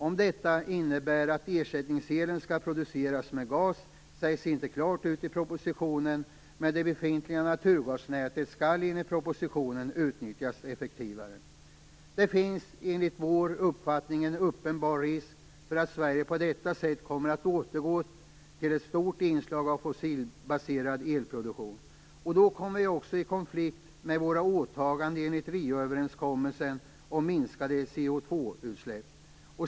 Om detta innebär att ersättningselen skall produceras med gas sägs inte klart ut i propositionen, men det befintliga naturgasnätet skall enligt propositionen utnyttjas effektivare. Det finns enligt vår uppfattning en uppenbar risk för att Sverige på detta sätt kommer att återgå till ett stort inslag av fossilbaserad elproduktion. Då kommer vi också i konflikt med våra åtaganden enligt Rioöverenskommelsen om minskade CO2-utsläpp.